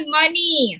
money